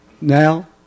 now